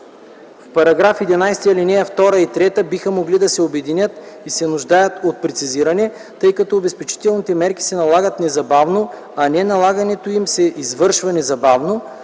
В § 11, ал. 2 и 3 биха могли да се обединят и се нуждаят от прецизиране, тъй като „обезпечителните мерки се налагат незабавно”, а не „налагането им се извършва незабавно”,